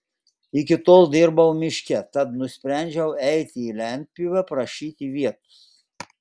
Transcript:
iki tol dirbau miške tad nusprendžiau eiti į lentpjūvę prašyti vietos